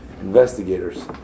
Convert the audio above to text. investigators